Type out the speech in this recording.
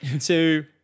two